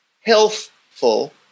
healthful